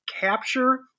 capture